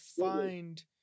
find